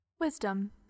Wisdom